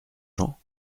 gens